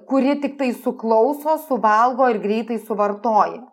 kuri tiktai suklauso suvalgo ir greitai suvartoji